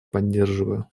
поддерживаю